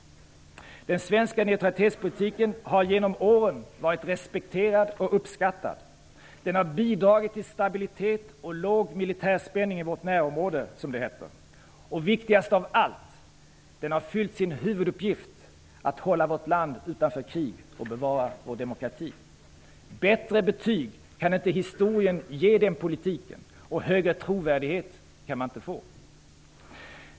Den svenska neutralitetspolitiken har genom åren varit respekterad och uppskattad. Den har bidragit till stabilitet och låg militär spänning i vårt närområde, som det heter. Det viktigaste av allt är att den har fyllt sin huvuduppgift, nämligen att hålla vårt land utanför krig och bevara vår demokrati. Bättre betyg kan inte historien ge den politiken, och högre trovärdighet kan man inte få.